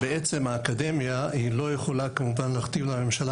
האקדמיה כמובן לא יכולה להכתיב לממשלה